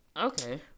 Okay